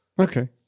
Okay